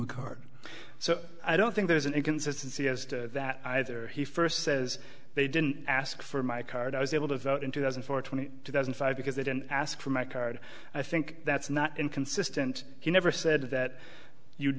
a card so i don't think there's an inconsistency as to that either he first says they didn't ask for my card i was able to vote in two thousand for twenty two thousand five because they didn't ask for my card i think that's not inconsistent he never said that you'd